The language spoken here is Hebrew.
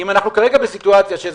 ואם אנחנו נמצאים עכשיו בסיטואציה שבה,